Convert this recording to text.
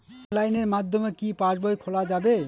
অনলাইনের মাধ্যমে কি পাসবই খোলা যাবে?